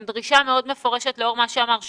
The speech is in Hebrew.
עם דרישה מאוד מפורשת לאור דבריו של שלומי